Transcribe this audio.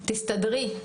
תסתדרי.